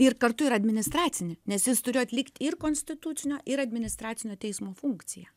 ir kartu ir administracinį nes jis turėjo atlikt ir konstitucinio ir administracinio teismo funkciją